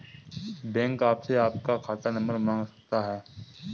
bank आपसे आपका खाता नंबर मांग सकता है